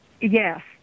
Yes